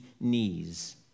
knees